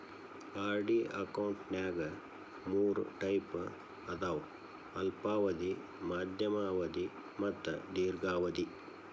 RD ಅಕೌಂಟ್ನ್ಯಾಗ ಮೂರ್ type ಅದಾವ ಅಲ್ಪಾವಧಿ ಮಾಧ್ಯಮ ಅವಧಿ ಮತ್ತ ದೇರ್ಘಾವಧಿ